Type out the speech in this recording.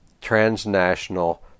transnational